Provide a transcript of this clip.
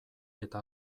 eta